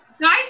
Guys